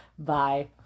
Bye